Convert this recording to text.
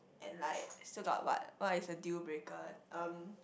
and like still got what what is a deal breaker um